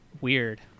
weird